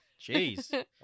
Jeez